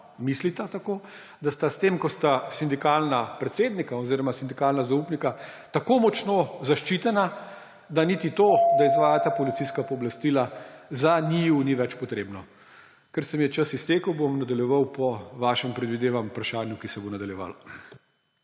mislita tako, da sta s tem, ko sta sindikalna predsednika oziroma sindikalna zaupnika, tako močno zaščitena, da niti to, da izvajata policijska pooblastila, za njiju ni več potrebno. Ker se mi je čas iztekel, bom nadaljeval po vašem, predvidevam, vprašanju, ki se bo nadaljevalo.